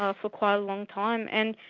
ah for quite a long time. and